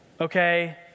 okay